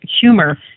humor